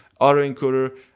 autoencoder